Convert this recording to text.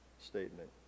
statement